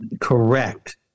Correct